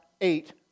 eight